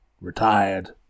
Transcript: retired